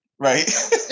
Right